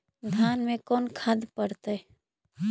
धान मे कोन खाद पड़तै?